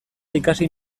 ikasi